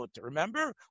Remember